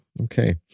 Okay